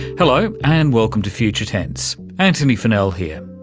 hello, and welcome to future tense, antony funnell here.